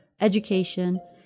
education